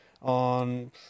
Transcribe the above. on